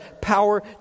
Power